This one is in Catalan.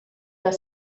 clar